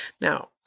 Now